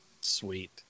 Sweet